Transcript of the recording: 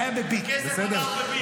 זה היה בביט, בסדר?